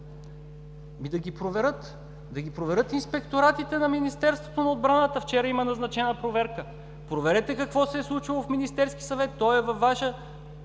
да ги проверят инспекторатите на Министерството на отбраната. Вчера има назначена проверка. Проверете какво се е случило в Министерския съвет? То е под Ваша